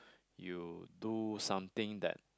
you do something that